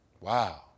Wow